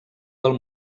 del